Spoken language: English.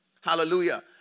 Hallelujah